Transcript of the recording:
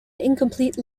incomplete